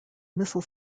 missile